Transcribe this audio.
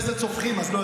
שנייה, מירב.